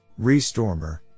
ReStormer